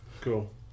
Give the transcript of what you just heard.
cool